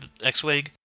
X-Wing